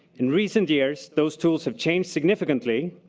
in recent years, those tools have changed significantly,